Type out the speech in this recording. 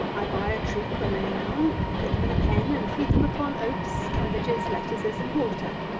i buy a troop when they are young, and put them in a pen, and feed them upon oats, cabbages, lettuces, and water,